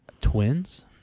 twins